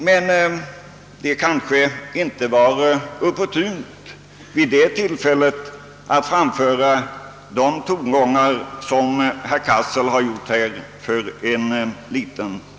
Men det var kanske inte opportunt att då ge uttryck åt de tongångar som vi nyss hört från herr Cassel.